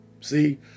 See